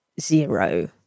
zero